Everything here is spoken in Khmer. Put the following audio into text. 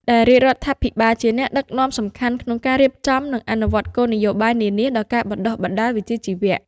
ដែលរាជរដ្ឋាភិបាលជាអ្នកដឹកនាំសំខាន់ក្នុងការរៀបចំ និងអនុវត្តគោលនយោបាយនានាដល់ការបណ្តុះបណ្តាលវិជ្ជាជីវៈ។